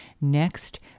Next